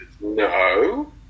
No